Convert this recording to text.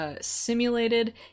simulated